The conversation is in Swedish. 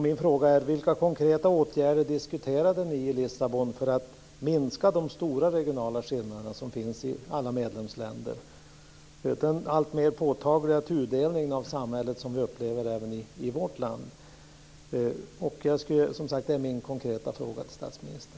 Min fråga är: Vilka konkreta åtgärder diskuterade ni i Lissabon för att minska de stora regionala skillnaderna som finns i alla medlemsländer och den alltmer påtagliga tudelningen av samhället som vi upplever även i vårt land? Det är min konkreta fråga till statsministern.